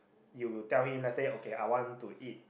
you will tell him let's say okay I want to eat